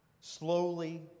slowly